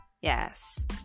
Yes